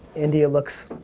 india looks